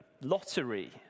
lottery